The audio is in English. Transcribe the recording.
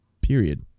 Period